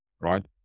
right